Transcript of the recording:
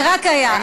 זה רק היה,